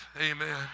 Amen